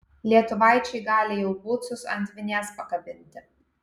lietuvaičiai gali jau bucus ant vinies pakabinti